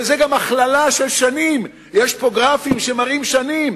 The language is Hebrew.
וזה גם הכללה של שנים, יש פה גרפים שמראים שנים.